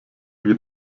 wie